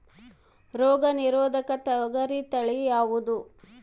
ರೋಗ ನಿರೋಧಕ ತೊಗರಿ ತಳಿ ಯಾವುದು?